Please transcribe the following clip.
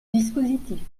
dispositif